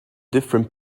different